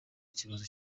ikibazo